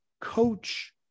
coach